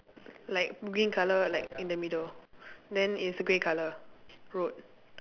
like green colour like in the middle then is grey colour road